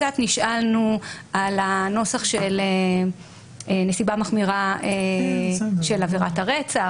קצת נשענו על הנוסח של נסיבה מחמירה של עבירת הרצח,